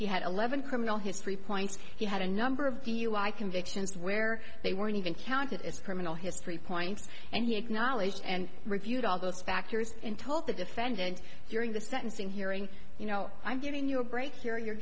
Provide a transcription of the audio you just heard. he had eleven criminal history points he had a number of dui convictions where they weren't even counted as criminal history points and he acknowledged and reviewed all those factors in told the defendant during the sentencing hearing you know i'm giving you a break here you're